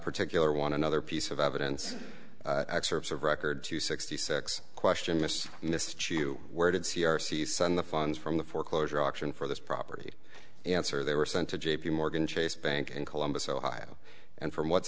particular one another piece of evidence excerpts of record two sixty six question mr and mrs chu where did c r c send the funds from the foreclosure auction for this property answer they were sent to j p morgan chase bank in columbus ohio and from what